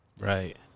Right